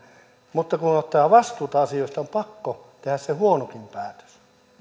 mutta kun ottaa vastuuta asioista on pakko tehdä se huonokin päätös